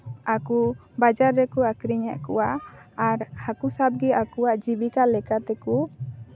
ᱟᱠᱚ ᱵᱟᱡᱟᱨ ᱨᱮᱠᱚ ᱟᱠᱷᱨᱤᱧᱮᱜ ᱠᱚᱣᱟ ᱟᱨ ᱦᱟᱹᱠᱩ ᱥᱟᱵᱜᱮ ᱟᱠᱚᱣᱟᱜ ᱡᱤᱵᱤᱠᱟ ᱞᱮᱠᱟ ᱛᱮᱠᱚ